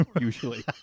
usually